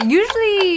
usually